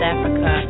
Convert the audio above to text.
Africa